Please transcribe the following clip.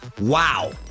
Wow